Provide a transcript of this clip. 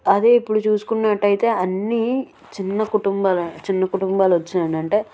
అది ఇప్పుడు చూసుకున్నట్టయితే అన్నీ చిన్న కుటుంబాలే చిన్న కుటుంబాలు వచ్చినాయి ఏంటంటే